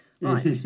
right